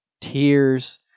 tears